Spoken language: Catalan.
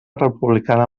republicana